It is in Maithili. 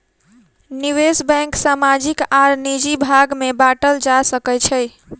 निवेश बैंक सामाजिक आर निजी भाग में बाटल जा सकै छै